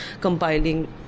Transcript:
compiling